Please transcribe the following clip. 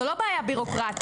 זו לא בעיה בירוקרטית,